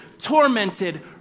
tormented